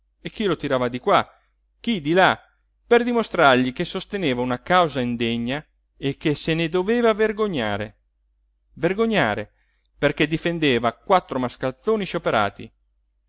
e chi lo tirava di qua e chi di là per dimostrargli che sosteneva una causa indegna e che se ne doveva vergognare vergognare perché difendeva quattro mascalzoni scioperati